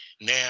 Now